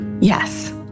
yes